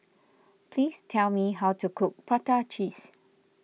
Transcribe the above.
please tell me how to cook Prata Cheese